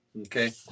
Okay